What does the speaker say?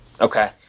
okay